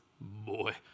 Boy